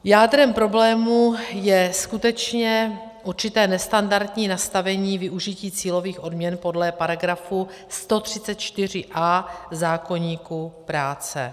Jádrem problému je skutečně určité nestandardní nastavení využití cílových odměn podle § 134a zákoníku práce.